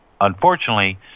unfortunately